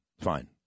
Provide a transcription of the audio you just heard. Fine